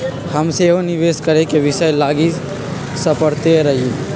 हम सेहो निवेश करेके विषय लागी सपड़इते रही